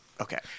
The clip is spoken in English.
Okay